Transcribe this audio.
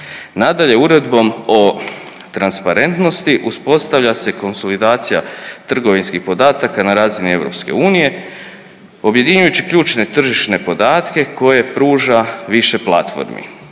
Nadalje, Uredbom o transparentnosti uspostavlja se konsolidacija trgovinskih podataka na razini EU objedinjujući ključne tržišne podatke koje pruža više platformi